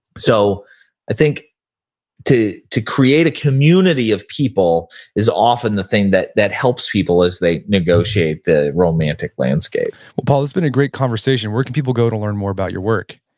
so i think to to create a community of people is often the thing that that helps people as they negotiate the romantic landscape well paul, it's been a great conversation. where can people go to learn more about your work?